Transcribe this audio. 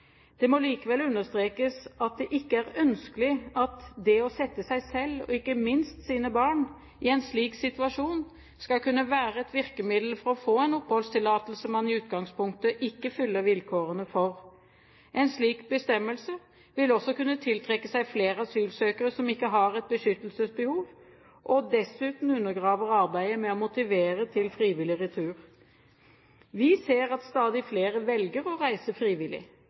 Det må likevel understrekes at det ikke er ønskelig at det å sette seg selv, og ikke minst barn, i en slik situasjon, skal kunne være et virkemiddel for å få en oppholdstillatelse man i utgangspunktet ikke fyller vilkårene for. En slik bestemmelse vil også kunne tiltrekke seg flere asylsøkere som ikke har et beskyttelsesbehov, og dessuten undergrave arbeidet med å motivere til frivillig retur. Vi ser at stadig flere velger å reise frivillig.